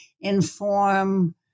inform